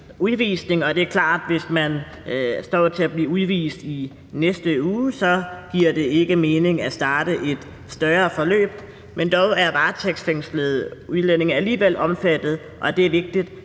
udvisning, og det er klart, at hvis man står til at blive udvist i næste uge, giver det ikke mening at starte et større forløb. Dog er varetægtsfængslede udlændinge alligevel omfattet – og det er vigtigt